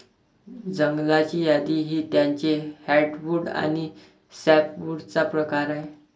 जंगलाची यादी ही त्याचे हर्टवुड आणि सॅपवुडचा प्रकार आहे